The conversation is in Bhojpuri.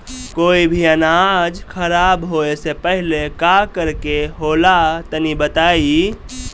कोई भी अनाज खराब होए से पहले का करेके होला तनी बताई?